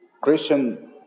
Christian